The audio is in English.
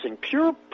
pure